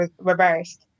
reversed